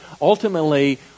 ultimately